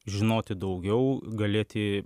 žinoti daugiau galėti